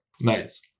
Nice